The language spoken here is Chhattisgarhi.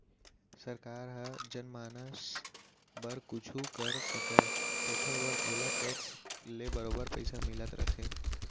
सरकार हर जनमानस बर कुछु कर सकय तेकर बर ओला टेक्स ले बरोबर पइसा मिलत रथे